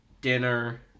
dinner